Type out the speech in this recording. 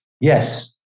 Yes